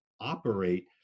operate